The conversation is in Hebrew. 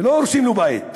ולא הורסים לו בית.